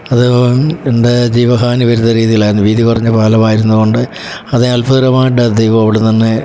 അത് ഉണ്ടായത് ജീവഹാനി വരുന്ന രീതിയിലായിരുന്നു വീതി കുറഞ്ഞ പാലം ആയിരുന്നതുകൊണ്ട് അത് അത്ഭുതകരമായിട്ടാണ് ദൈവം അവിടുന്ന് എന്നെ